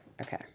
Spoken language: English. okay